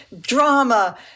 drama